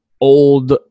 old